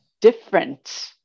different